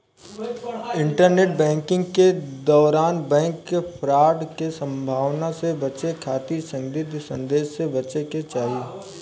internet banking के दौरान bank fraud के संभावना से बचे खातिर संदिग्ध संदेश से बचे के चाही